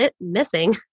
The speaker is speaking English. missing